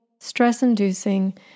stress-inducing